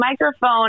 microphone